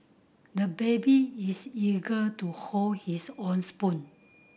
the baby is eager to hold his own spoon